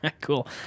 Cool